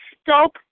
Stop